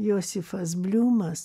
josifas bliumas